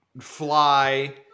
fly